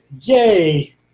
yay